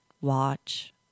watch